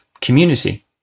community